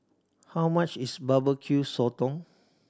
how much is Barbecue Sotong